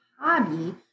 hobby